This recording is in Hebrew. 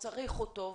הוא צריך אותו,